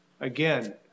again